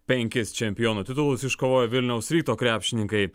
penkis čempionų titulus iškovojo vilniaus ryto krepšininkai